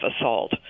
assault